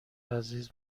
عزیز